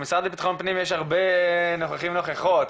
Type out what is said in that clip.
במשרד לביטחון פנים יש הרבה נוכחים ונוכחות,